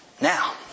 Now